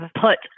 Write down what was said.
put